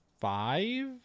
five